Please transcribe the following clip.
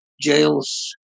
jails